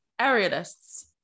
aerialists